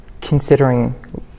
considering